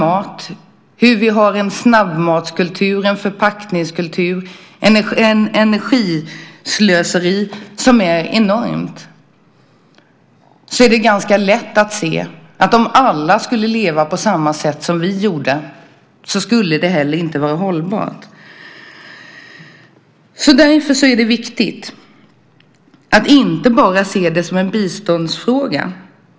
Det handlar om bilar, flyg, hur vi använder vattenresurserna, hur vi handlar mat, om snabbmatskulturen, om förpackningskulturen och om ett energislöseri som är enormt. Därför är det viktigt att inte bara se detta som en biståndsfråga.